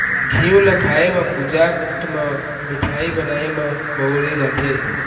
घींव ल खाए म, पूजा पाठ म, मिठाई बनाए म बउरे जाथे